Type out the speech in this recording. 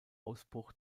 ausbruch